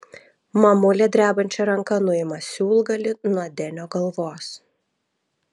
mamulė drebančia ranka nuima siūlgalį nuo denio galvos